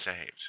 saved